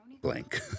blank